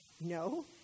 No